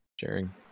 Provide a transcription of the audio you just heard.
sharing